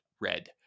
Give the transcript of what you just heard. Red